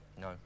No